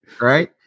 Right